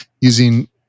using